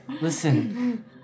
Listen